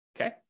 okay